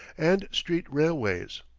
and street-railways.